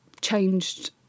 changed